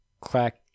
Clack